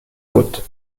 côte